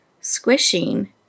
squishing